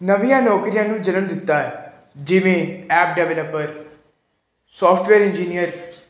ਨਵੀਆਂ ਨੌਕਰੀਆਂ ਨੂੰ ਜਨਮ ਦਿੱਤਾ ਆ ਜਿਵੇਂ ਐਪ ਡਿਵੈਲਪਰ ਸੋਫਟਵੇਅਰ ਇੰਜੀਨੀਅਰ